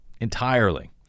entirely